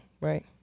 right